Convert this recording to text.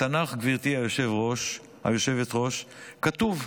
בתנ"ך, גברתי היושבת-ראש, כתוב: